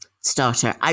Starter